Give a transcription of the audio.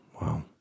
Wow